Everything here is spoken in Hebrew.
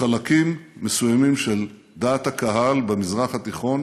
בחלקים מסוימים של דעת הקהל במזרח התיכון,